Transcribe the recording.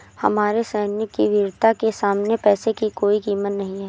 हमारे सैनिक की वीरता के सामने पैसे की कोई कीमत नही है